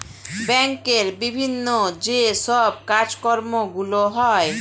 ব্যাংকের বিভিন্ন যে সব কাজকর্মগুলো হয়